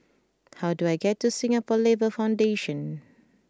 how do I get to Singapore Labour Foundation